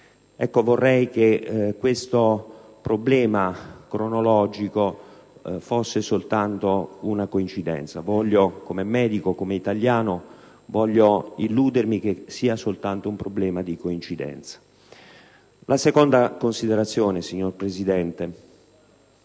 Vorrei che questo dato cronologico fosse solo una coincidenza; come medico e come italiano, voglio illudermi che sia soltanto questione di coincidenza. Vengo alla seconda considerazione, signora Presidente.